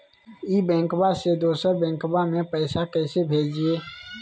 ई बैंकबा से दोसर बैंकबा में पैसा कैसे भेजिए?